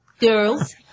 Girls